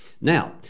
Now